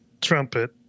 trumpet